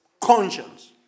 conscience